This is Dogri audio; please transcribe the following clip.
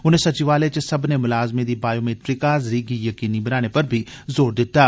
उनें सचिवालय च सब्बने मलाजमें दी बायोमीट्रिक हाजरी गी जकीनी बनाने पर बी जोर दित्ता